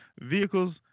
vehicles